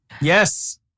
Yes